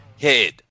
head